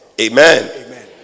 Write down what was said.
Amen